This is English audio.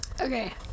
Okay